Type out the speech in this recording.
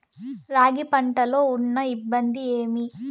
రాగి పంటలో ఉన్న ఇబ్బంది ఏమి?